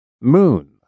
Moon